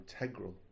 integral